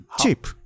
cheap